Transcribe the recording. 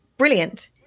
Brilliant